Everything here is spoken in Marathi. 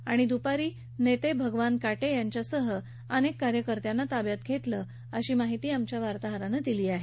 तसंच दुपारी भगवान काटे यांच्यासह संघटनेच्या कार्यकर्त्यांना ताब्यात घेतल्याची माहिती आमच्या वार्ताहरानं दिली आहे